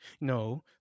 No